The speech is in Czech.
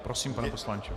Prosím, pane poslanče.